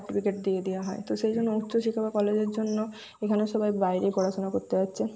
certificate দিয়ে দেওয়া হয় তো সেই জন্য উচ্চ শিক্ষা বা কলেজের জন্য এখানে সবাই বাইরেই পড়াশুনা করতে হচ্ছে